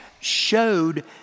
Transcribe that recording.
showed